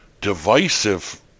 divisive